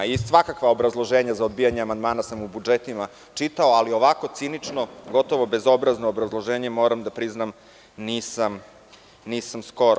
Svakakva obrazloženja za odbijanje amandmana sam u budžetima čitao, ali ovako cinično, gotovo bezobrazno obrazloženje, moram da priznam nisam skoro.